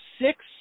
Six